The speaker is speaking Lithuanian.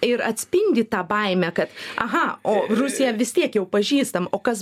ir atspindi tą baimę kad aha o rusija vis tiek jau pažįstam o kas